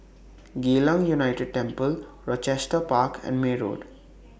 Geylang United Temple Rochester Park and May Road